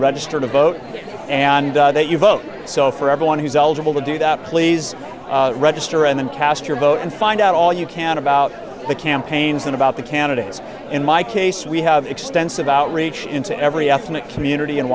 register to vote and that you vote so for everyone who's eligible to do that please register and then cast your vote and find out all you can about the campaigns and about the candidates in my case we have extensive outreach into every ethnic community in